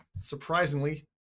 surprisingly